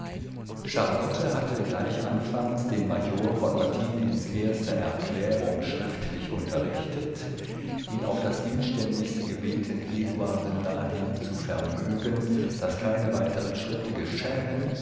charlotte hatte gleich anfangs den major von ottiliens erster erklärung schriftlich unterrichtet ihn auf das inständigste gebeten eduarden dahin zu vermögen daß keine weiteren schritte